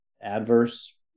adverse